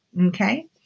Okay